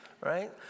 right